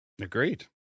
Agreed